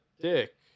dick